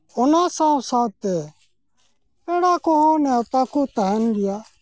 ᱚᱱᱟ ᱥᱟᱶᱼᱥᱟᱶᱛᱮ ᱯᱮᱲᱟ ᱠᱚᱦᱚᱸ ᱱᱮᱣᱛᱟ ᱠᱚ ᱛᱟᱦᱮᱱ ᱜᱮᱭᱟ